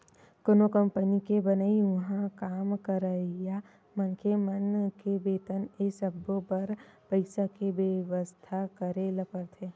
कोनो कंपनी के बनई, उहाँ काम करइया मनखे मन के बेतन ए सब्बो बर पइसा के बेवस्था करे ल परथे